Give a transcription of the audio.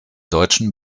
deutschen